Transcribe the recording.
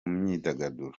myidagaduro